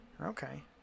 okay